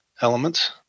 elements